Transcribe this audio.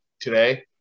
today